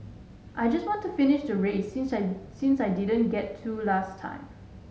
I just want to finish the race since I since I didn't get to last time